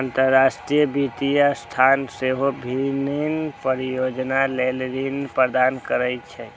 अंतरराष्ट्रीय वित्तीय संस्थान सेहो विभिन्न परियोजना लेल ऋण प्रदान करै छै